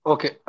Okay